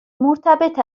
مرتبط